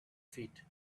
feet